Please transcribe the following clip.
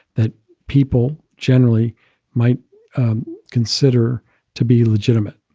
that people generally might consider to be legitimate,